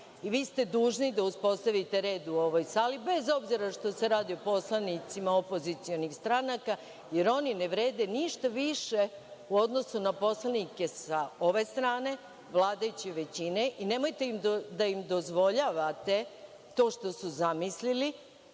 ste dužni da uspostavite red u ovoj sali, bez obzira što se radi o poslanicima opozicionih stranaka, jer oni ne vrede ništa više u odnosu na poslanike sa ove strane, vladajuće većine, i nemojte da im dozvoljavate to što su zamislili